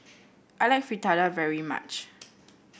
I like Fritada very much